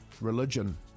Religion